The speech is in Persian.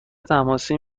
تماسی